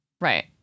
right